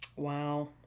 Wow